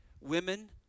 Women